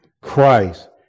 Christ